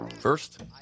First